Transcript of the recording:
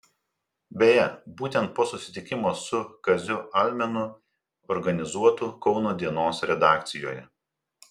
beje būtent po susitikimo su kaziu almenu organizuotu kauno dienos redakcijoje